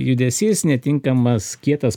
judesys netinkamas kietas